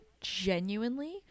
genuinely